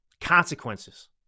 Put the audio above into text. consequences